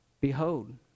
behold